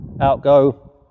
outgo